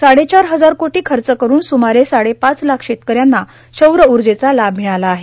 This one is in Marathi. साडेचार हजार कोटी खर्च करून सुमारे साडेपाच लाख शेतकऱ्यांना सौरऊर्जेचा लाभ मिळाला आहे